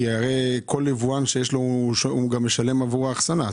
הרי הוא משלם עבור האחסנה,